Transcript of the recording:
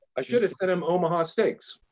i should've sent him omaha steaks.